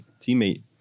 teammate